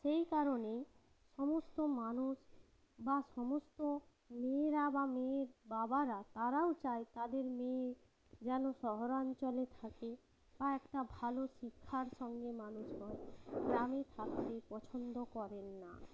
সেই কারণেই সমস্ত মানুষ বা সমস্ত মেয়েরা বা মেয়ের বাবারা তারাও চায় তাদের মেয়ে যেন শহরাঞ্চলে থাকে বা একটা ভালো শিক্ষার সঙ্গে মানুষ হয় গ্রামে থাকতে পছন্দ করেন না